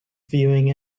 viewing